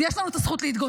ויש לנו את הזכות להתגונן.